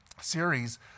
series